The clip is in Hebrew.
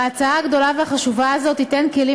ההצעה הגדולה והחשובה הזאת תיתן כלים